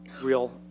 real